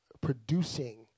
producing